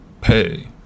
pay